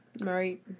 right